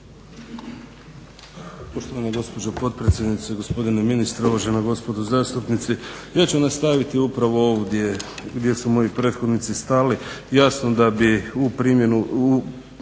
Poštovana gospođo potpredsjednice, gospodine ministre, uvažena gospodo zastupnici. Ja ću nastaviti upravo ovdje gdje su moji prethodnici stali. Jasno da bi u primjenu